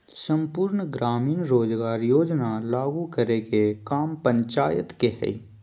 सम्पूर्ण ग्रामीण रोजगार योजना लागू करे के काम पंचायत के हय